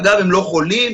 אגב, הם לא חולים.